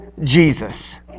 Jesus